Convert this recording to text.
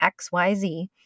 xyz